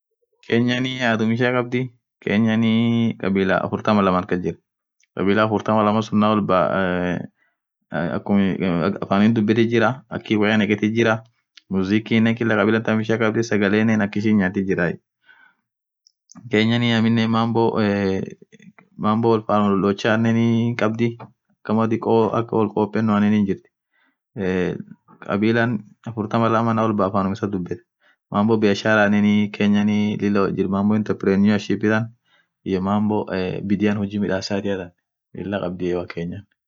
Kenyanii adhum ishia khabdhii Kenyanii kabila afurtam lamathi kasjira kabila afurtam lamma suun naam wolbaaa akhummm iii afan inn dhubethi jira akiniin woyya nekhethithi jira mzikinen kila kabila tham ishia khabdhii sagalenen akishin nyathith jira Kenyan amenine mambo wol fandochanen hinkhabdhii akama dhiko akaa wol kopenone hijrti kabila afurtam lamma ñaam wolbaaa afanum isaa dhubethaa mambo biasharani kenyani lila oll jirthi mambo interprenuer ship than iyoo mambo bidiian huji midhasathiathan lila khabdhiye wakenyan